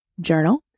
journal